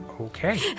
Okay